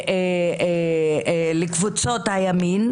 לקבוצות הימין,